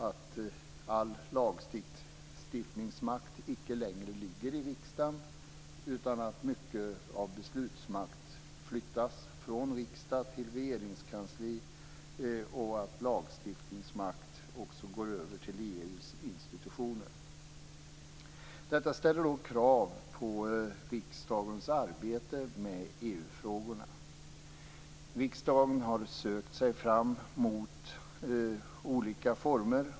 All lagstiftningsmakt ligger icke längre i riksdagen, utan mycket av beslutsmakt flyttas från riksdag till regeringskansli. Lagstiftningsmakt går också över till EU:s institutioner. Detta ställer krav på riksdagens arbete med EU-frågorna. Riksdagen har sökt sig fram mot olika former.